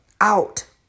out